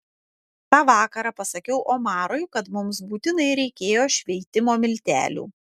tą vakarą pasakiau omarui kad mums būtinai reikėjo šveitimo miltelių